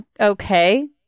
Okay